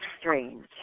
strange